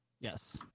Yes